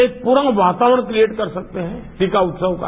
एक पूरा वातावरण क्रिएट कर सकते हैं टीका उत्सव का